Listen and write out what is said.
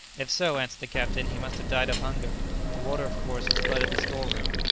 if so, answered the captain, he must have died of hunger the water of course has flooded the store-room.